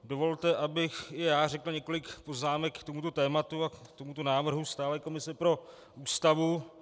Dovolte, abych i já řekl několik poznámek k tomuto tématu a k tomuto návrhu stálé komise pro Ústavu.